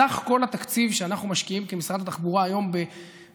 סך כל התקציב שאנחנו משקיעים כמשרד התחבורה תחת